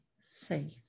safe